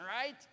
right